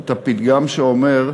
את הפתגם שאומר,